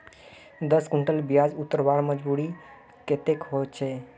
दस कुंटल प्याज उतरवार मजदूरी कतेक होचए?